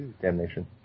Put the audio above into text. Damnation